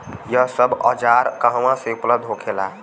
यह सब औजार कहवा से उपलब्ध होखेला?